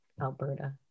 Alberta